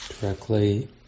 directly